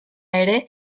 ere